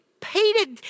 Peter